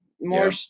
more